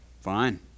Fine